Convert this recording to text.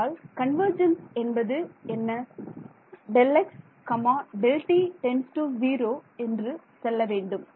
ஆகையால் கன்வர்ஜென்ஸ் என்பது என்ன Δx Δt → 0 செல்ல வேண்டும்